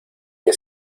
que